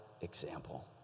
example